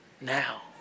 now